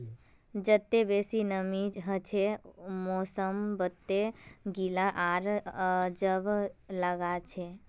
जत्ते बेसी नमीं हछे मौसम वत्ते गीला आर अजब लागछे